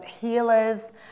healers